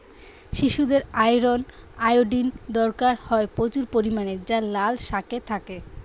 শিশুদের iron, iodine দরকার হয় প্রচুর পরিমাণে যা লাল শাকে থাকে